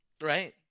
right